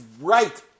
right